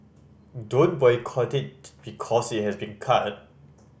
don't boycott it because it has been cut